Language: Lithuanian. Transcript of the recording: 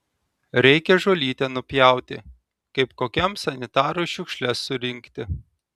reikia žolytę nupjauti kaip kokiam sanitarui šiukšles surinkti